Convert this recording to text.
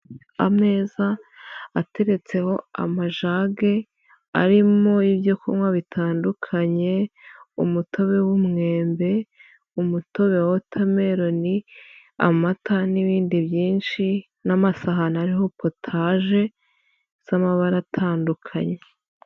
Ameza ateretseho amajage, arimo ibyo kunywa bitandukanye, umutobe w'umwembe, umutobe wa wotameroni, amata n'ibindi byinshi n'amasahani ariho potaje z'amabara atandukanye.